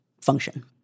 function